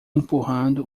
empurrando